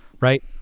Right